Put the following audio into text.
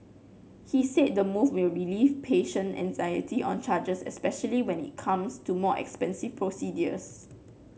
he said the move will relieve patient anxiety on charges especially when it comes to more expensive procedures